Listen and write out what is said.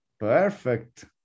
perfect